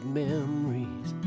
memories